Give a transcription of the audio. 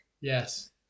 Yes